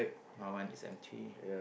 my one is empty